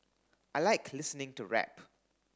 I like listening to rap